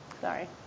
Sorry